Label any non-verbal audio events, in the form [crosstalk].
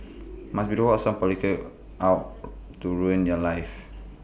must be the work of some [unintelligible] out to ruin your life